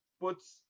puts